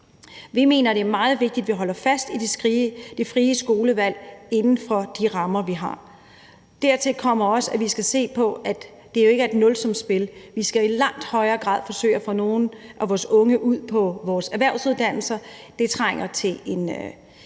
Vi mener, at det er meget vigtigt, at vi holder fast i det frie skolevalg inden for de rammer, vi har. Dertil kommer også, at vi skal se på, at det jo ikke er et nulsumsspil. Vi skal i langt højere grad forsøge at få nogle af vores unge ud på vores erhvervsuddannelser. Det trænger til et